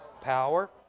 power